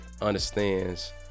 understands